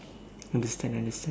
understand understand